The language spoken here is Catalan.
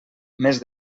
més